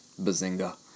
bazinga